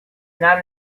not